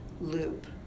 loop